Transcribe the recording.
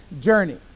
journey